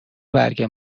برگ